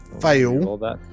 fail